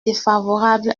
défavorable